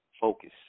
focus